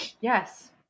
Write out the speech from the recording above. Yes